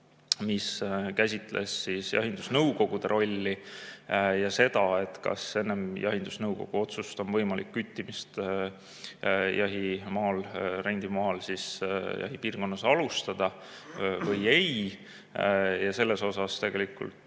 mis käsitles jahindusnõukogude rolli ja seda, kas enne jahindusnõukogu otsust on võimalik küttimist jahimaal, rendimaal, jahipiirkonnas alustada või ei. Selles osas olid tegelikult